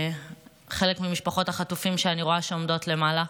לחלק ממשפחות החטופים שאני רואה שעומדות למעלה: